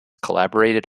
collaborated